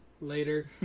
later